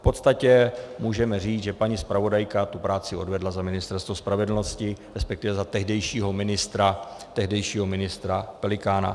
V podstatě můžeme říct, že paní zpravodajka tu práci odvedla za Ministerstvo spravedlnosti, respektive za tehdejšího ministra Pelikána.